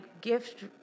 gift